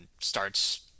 starts